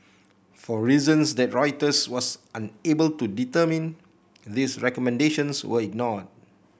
for reasons that Reuters was unable to determine these recommendations were ignored